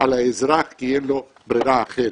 על האזרח כי אין לו בררה אחרת.